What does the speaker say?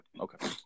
Okay